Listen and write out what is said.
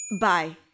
Bye